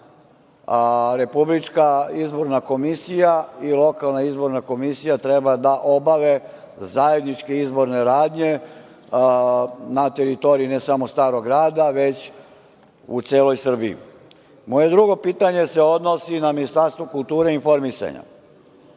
s obzirom da RIK i lokalna izborna komisija treba da obave zajedničke izborne radnje, na teritoriji, ne samo Starog Grada, već u celoj Srbiji. Moje drugo pitanje se odnosi na Ministarstvo kulture i informisanja,